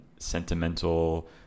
sentimental